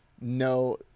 No